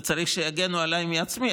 וצריך שיגנו עליי מעצמי,